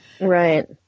Right